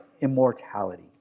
immortality